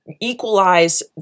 equalize